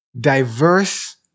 diverse